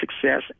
success